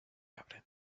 abren